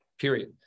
Period